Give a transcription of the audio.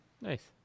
Nice